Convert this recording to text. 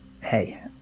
hey